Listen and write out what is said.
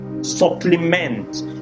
supplement